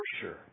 sure